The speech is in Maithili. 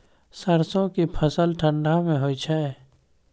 सरसो के फसल ठंडा मे होय छै?